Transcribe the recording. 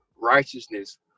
righteousness